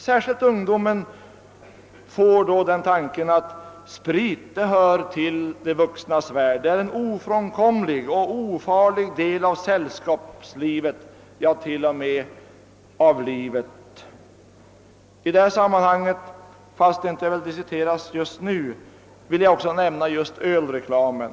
Särskilt ungdomen får den uppfattningen att sprit hör till i de vuxnas värld och är en ofrånkomlig och ofarlig del av sällskapslivet, ja, till och med av livet. I detta sammanhang, fastän frågan inte diskuteras just nu, vill jag säga några ord om ölreklamen.